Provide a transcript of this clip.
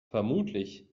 vermutlich